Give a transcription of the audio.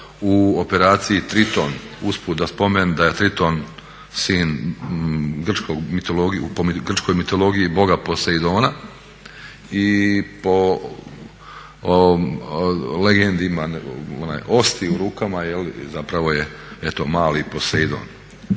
u operaciji "Triton"? Usput da spomenem da je Triton po grčkoj mitologiji Boga Posejdona i po legendi ima one osti u rukama, zapravo je eto mali Posejdon,